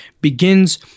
begins